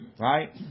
Right